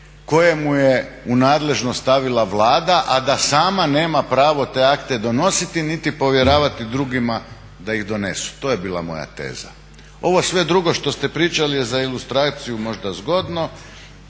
koje mu je u nadležnost stavila Vlada, a da sama nema pravo te akte donositi niti provjeravati drugima da ih donesu. To je bila moja teza. Ovo sve drugo što ste pričali za ilustraciju možda zgodno,